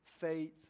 faith